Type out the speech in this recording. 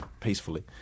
peacefully